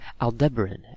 Aldebaran